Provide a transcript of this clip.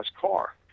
car